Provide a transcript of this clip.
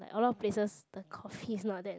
like a lot of places the coffee is not that